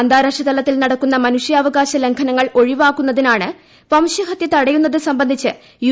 അന്താരാഷ്ട്ര തലത്തിൽ നടക്കുന്ന മനുഷ്യാവകാശ്യ ്ലംഘനങ്ങൾ ഒഴിവാക്കുന്നതിനാണ് വംശഹത്യ തടയുന്നത് പ്രിംബ്ന്ധിച്ച് യു